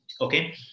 Okay